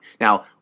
Now